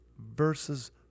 versus